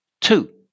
two